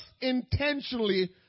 intentionally